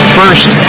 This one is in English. first